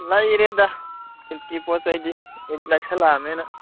ꯂꯩꯔꯦꯗ ꯏꯠꯀꯤ ꯄꯣꯠ ꯆꯩꯗꯤ ꯏꯠ ꯅꯛꯁꯜꯂꯛꯑꯃꯤꯅ